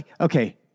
Okay